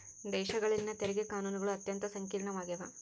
ದೇಶಗಳಲ್ಲಿನ ತೆರಿಗೆ ಕಾನೂನುಗಳು ಅತ್ಯಂತ ಸಂಕೀರ್ಣವಾಗ್ಯವ